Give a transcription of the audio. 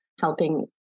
helping